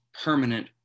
permanent